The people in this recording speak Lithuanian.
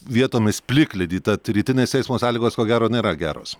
vietomis plikledį tad rytinės eismo sąlygos ko gero nėra geros